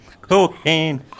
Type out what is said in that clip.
cocaine